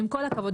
עם כל הכבוד,